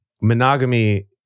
monogamy